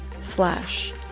slash